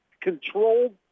controlled